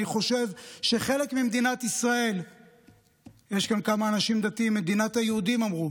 יש כאן כמה אנשים דתיים, מדינת היהודים, אמרו.